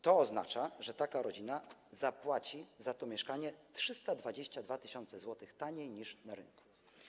To oznacza, że taka rodzina zapłaci za to mieszkanie o 322 tys. zł mniej niż na rynku.